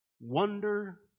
wonder